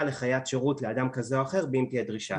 לחיית שירות לאדם כזה או אחר אם תהיה דרישה.